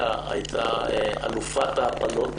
שהייתה אלופת ההפלות